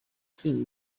filime